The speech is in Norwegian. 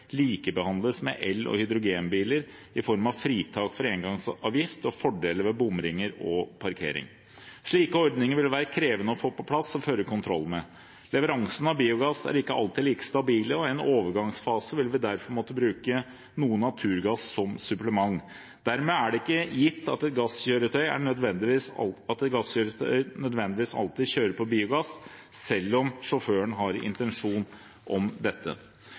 likebehandles med el- og hydrogenbiler i form av fritak fra engangsavgift og fordeler ved bomringer og parkering. Slike ordninger vil det være krevende å få på plass og føre kontroll med. Leveransene av biogass er ikke alltid like stabile, og i en overgangsfase vil vi derfor måtte bruke noe naturgass som supplement. Dermed er det ikke gitt at et gasskjøretøy nødvendigvis alltid kjører på biogass, selv om sjåføren har intensjon om dette.